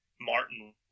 Martin